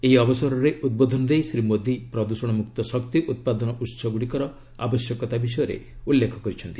ଏହି ଅବସରରେ ଉଦ୍ବୋଧନ ଦେଇ ଶ୍ରୀ ମୋଦୀ ପ୍ରଦୃଷଣମୁକ୍ତ ଶକ୍ତି ଉତ୍ପାଦନ ଉତ୍ସଗୁଡ଼ିକର ଆବଶ୍ୟକତା ବିଷୟରେ ଉଲ୍ଲେଖ କରିଛନ୍ତି